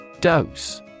Dose